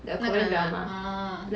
那个男的啊 oh